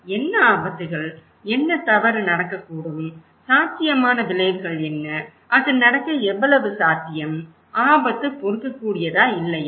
என்ன ஆபத்துகள் என்ன தவறு நடக்கக்கூடும் சாத்தியமான விளைவுகள் என்ன அது நடக்க எவ்வளவு சாத்தியம் ஆபத்து பொறுக்கக்கூடியதா இல்லையா